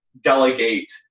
delegate